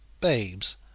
babes